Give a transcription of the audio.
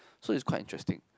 so is quite interesting